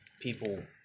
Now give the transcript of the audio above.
people